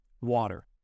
water